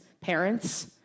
parents